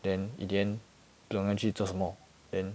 then in the end 不懂要去做什么 then